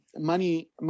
money